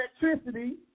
electricity